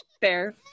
Fair